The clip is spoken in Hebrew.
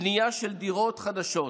בנייה של דירות חדשות,